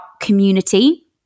community